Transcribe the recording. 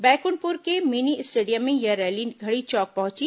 बैकुंठपुर के mini stadium से यह रैली घड़ी चौक पहुंची